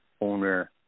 owner